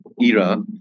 era